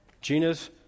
Gina's